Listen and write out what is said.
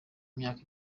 myaka